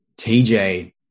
TJ